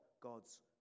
God's